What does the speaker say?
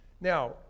Now